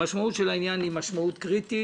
המשמעות של העניין היא משמעות קריטית